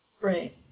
Right